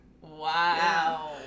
Wow